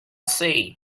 see